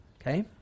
okay